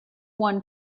won